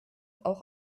auch